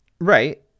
Right